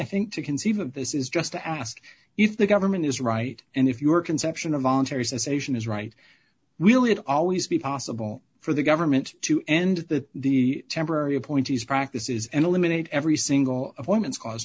think to conceive of this is just to ask if the government is right and if your conception of voluntary cessation is right will it always be possible for the government to end that the temporary appointees practices and eliminate every single of woman's cause